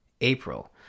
April